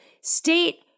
state